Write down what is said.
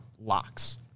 locks